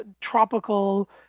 tropical